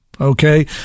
okay